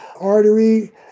artery